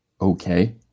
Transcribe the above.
okay